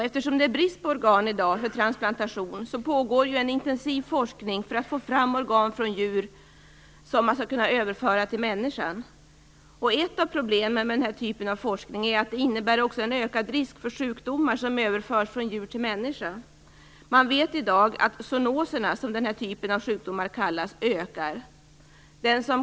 Eftersom det är brist på organ för transplantation pågår det en intensiv forskning för att få fram organ från djur som skall kunna överföras till människan. Ett av problemen med denna typ av forskning är också att den innebär en ökad risk för sjukdomar som överförs från djur till människa. Man vet i dag att zonoserna, som den här typen av sjukdomar kallas, ökar.